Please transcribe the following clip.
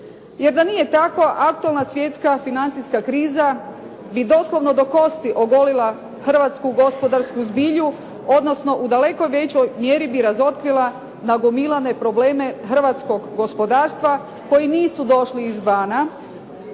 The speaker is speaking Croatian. Jer da nije tako aktualna svjetska financijska kriza bi doslovno do kosti ogolila Hrvatsku gospodarsku zbilju, odnosno u daleko većoj mjeri bi razotkrila nagomilane probleme hrvatskog gospodarstva koji nisu došli izvana